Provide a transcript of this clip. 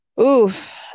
Oof